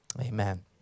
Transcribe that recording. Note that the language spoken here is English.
Amen